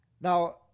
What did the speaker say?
Now